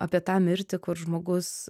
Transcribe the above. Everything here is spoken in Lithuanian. apie tą mirtį kur žmogus